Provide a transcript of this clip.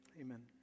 Amen